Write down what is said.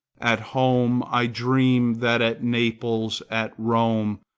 at home i dream that at naples, at rome,